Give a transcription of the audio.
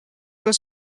was